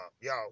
y'all